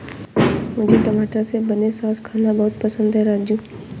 मुझे टमाटर से बने सॉस खाना बहुत पसंद है राजू